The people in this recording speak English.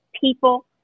people